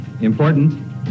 important